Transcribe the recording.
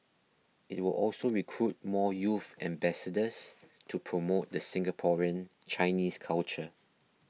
it will also recruit more youth ambassadors to promote the Singaporean Chinese culture